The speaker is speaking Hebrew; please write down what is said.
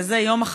וזה יום,